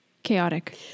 Chaotic